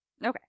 Okay